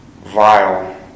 vile